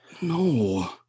No